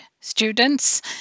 students